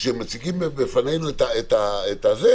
- כאשר מציגים בפנינו את הנושא,